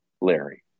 Larry